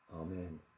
Amen